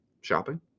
Shopping